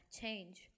change